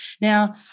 Now